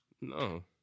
No